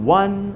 one